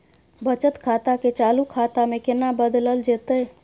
बचत खाता के चालू खाता में केना बदलल जेतै?